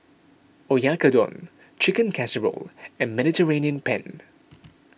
Oyakodon Chicken Casserole and Mediterranean Penne